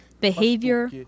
behavior